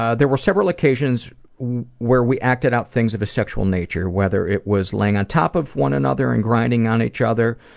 ah there were several occasions where we acted out things of a sexual nature, whether it was laying on top of one another and grinding on each other,